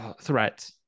Threat